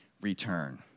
return